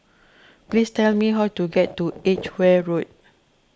please tell me how to get to Edgeware Road